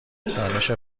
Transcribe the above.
دانش